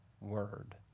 word